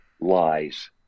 lies